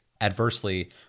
adversely